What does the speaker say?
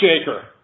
shaker